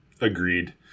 agreed